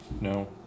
no